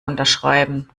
unterschreiben